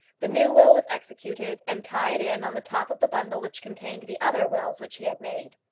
the new will was executed and tied in on the top of the bundle which contained the other wills which he had made.